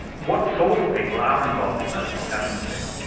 what sort of people are involved in those discussions then?